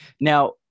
Now